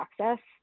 access